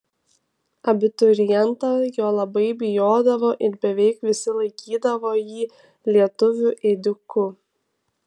abiturientai jo labai bijodavo ir beveik visi laikydavo jį lietuvių ėdiku